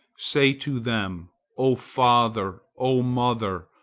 say to them, o father, o mother,